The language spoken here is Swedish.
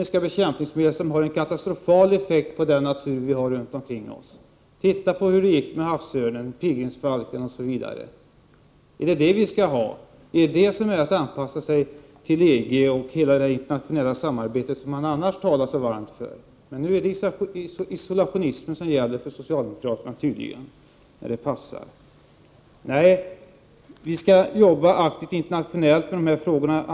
Sådana medel har en katastrofal effekt på den natur som vi har runt omkring oss. Se hur det gick med havsörnen, pilgrimsfalken osv. Är det sådana saker som vi skall ha? Är det sådant som är anpassning till EG och hela det internationella samarbete som socialdemokraterna annars talar så varmt för? Nu passar det tydligen för socialdemokraterna att hävda isolationismen. Nej, vi skall arbeta aktivt internationellt med dessa frågor.